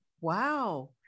Wow